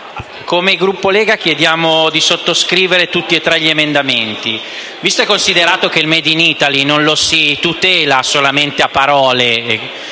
come Gruppo della Lega Nord chiediamo di sottoscrivere tutti e tre gli emendamenti. Visto e considerato che il *made in Italy* non lo si tutela solamente a parole,